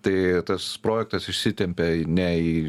tai tas projektas išsitempia ne į